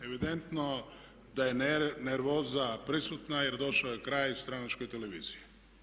Evidentno da je nervoza prisutna jer došao je kraj stranačkoj televiziji.